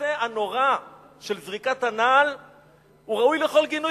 המעשה הנורא של זריקת הנעל ראוי לכל גינוי,